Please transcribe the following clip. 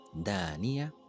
daniya